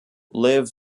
live